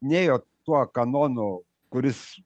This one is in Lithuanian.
nėjo tuo kanonu kuris